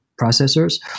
processors